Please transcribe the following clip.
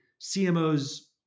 CMO's